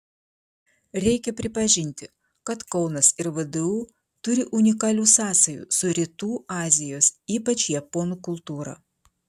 reikia pripažinti kad kaunas ir vdu turi unikalių sąsajų su rytų azijos ypač japonų kultūra